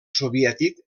soviètic